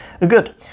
Good